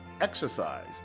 exercise